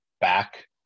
back